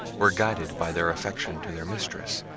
were guided by their affection to their mistress,